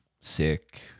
sick